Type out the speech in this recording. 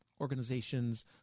organizations